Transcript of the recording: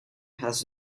has